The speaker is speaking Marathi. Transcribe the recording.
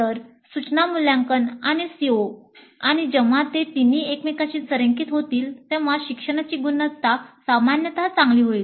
तर सूचना मूल्यांकन आणि CO आणि जेव्हा हे तिन्ही एकमेकांशी संरेखित होतील तेव्हा शिक्षणाची गुणवत्ता सामान्यत चांगली होईल